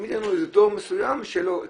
שתמיד יהיה לנו איזה דור מסוים שלו יהיה